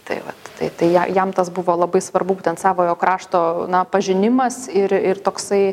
tai vat tai tai jam tas buvo labai svarbu būtent savojo krašto na pažinimas ir ir toksai